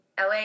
LA